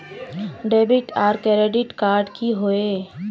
Debit आर credit card की होय?